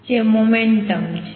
જે મોમેંટમ છે